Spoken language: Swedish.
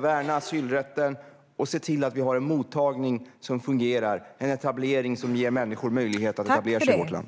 värna asylrätten och se till att vi har en mottagning som fungerar och att vi ger människor möjlighet att etablera sig i vårt land.